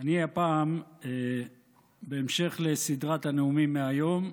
אני הפעם בהמשך לסדרת הנאומים מהיום.